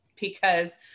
because-